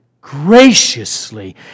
graciously